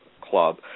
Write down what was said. Club